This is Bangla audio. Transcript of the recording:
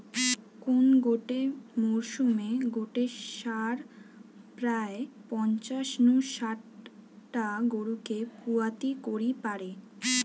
কোন গটে মরসুমে গটে ষাঁড় প্রায় পঞ্চাশ নু শাট টা গরুকে পুয়াতি করি পারে